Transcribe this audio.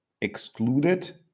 excluded